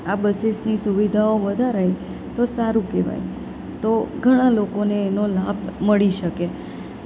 આ બસીસની સુવિધાઓ વધારાઈ તો સારું કહેવાય તો ઘણાં લોકોને એનો લાભ મળી શકે